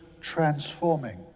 transforming